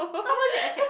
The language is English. opposite attracts